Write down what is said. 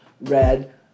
red